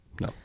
No